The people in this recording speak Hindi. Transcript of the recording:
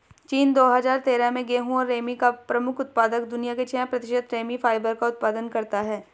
चीन, दो हजार तेरह में गेहूं और रेमी का प्रमुख उत्पादक, दुनिया के छह प्रतिशत रेमी फाइबर का उत्पादन करता है